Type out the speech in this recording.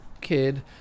kid